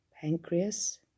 pancreas